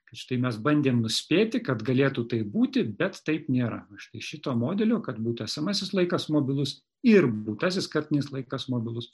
kad štai mes bandėm nuspėti kad galėtų taip būti bet taip nėra va štai šito modelio kad būtų esamasis laikas mobilus ir būtasis kartinis laikas mobilus